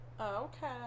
Okay